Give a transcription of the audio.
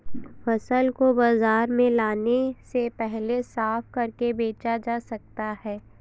फसल को बाजार में लाने से पहले साफ करके बेचा जा सकता है?